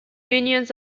unions